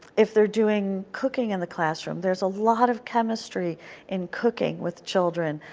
if they are doing cooking in the classroom, there is a lot of chemistry in cooking with children.